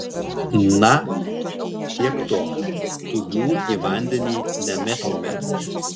na tiek to tūbių į vandenį nemesime